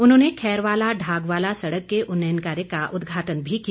उन्होंने खैरवाला ढागवाला सड़क के उन्नयन कार्य का उद्घाटन भी किया